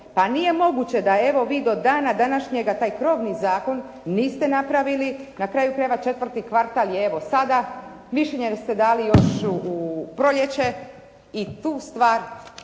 Pa nije moguće da evo vi do dana današnjega taj krovni zakon niste napravili. Na kraju krajeva četvrti kvartal je evo sada. Mišljenje ste dali još u proljeće i tu stvar